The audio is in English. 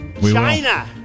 China